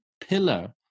pillar